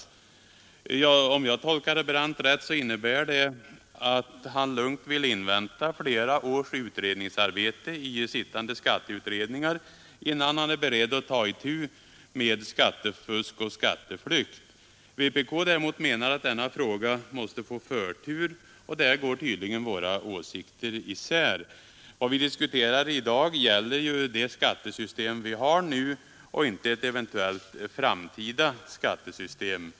Om jag tolkar herr Brandt rätt innebär detta att han lugnt vill invänta flera års utredningsarbete i sittande skatteutredningar innan han är beredd att ta itu med frågan om skattefusk och skatteflykt. Vpk däremot anser att denna fråga måste få företräde, och där går tydligen våra åsikter isär. Vad vi i dag diskuterar är ju det skattesystem vi har nu och inte ett eventuellt framtida skattesystem.